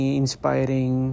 inspiring